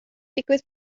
digwydd